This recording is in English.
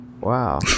Wow